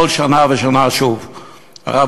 וכל שנה ושנה זה קורה שוב.